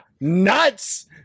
nuts